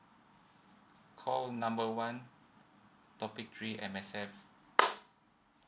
call number one topic three M_S_F